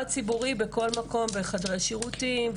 הציבורי בכל מקום חדרי שירותים,